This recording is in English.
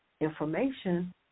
information